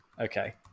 Okay